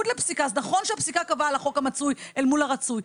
אז נכון שהפסיקה קבעה על החוק המצוי אל מול הרצוי.